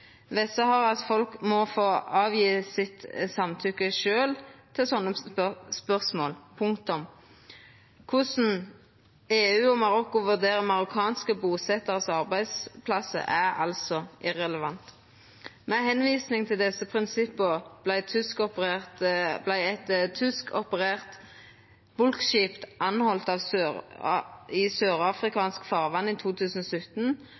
folk må få gje sitt samtykke sjølv til sånne spørsmål – punktum. Korleis EU og Marokko vurderer marokkanske busetjarar sine arbeidsplassar er altså irrelevant. Med tilvising til desse prinsippa vart eit tyskoperert bulkskip teke i forvaring i sør-afrikansk farvatn i 2017,